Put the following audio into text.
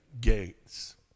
gates